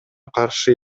каршы